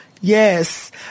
Yes